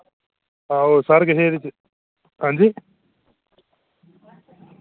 आहो सारा किश एह्दे च हां जी